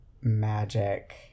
magic